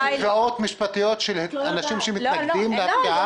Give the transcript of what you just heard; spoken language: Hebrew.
יש תביעות משפטיות של אנשים שמתנגדים להפקעה?